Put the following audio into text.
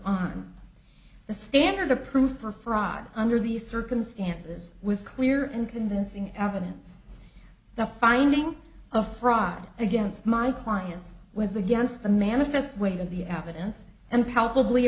on the standard of proof for frog under these circumstances was clear and convincing evidence the finding of fraud against my clients was against the manifest weight of the evidence and palpably